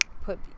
put